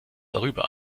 darüber